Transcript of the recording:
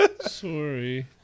Sorry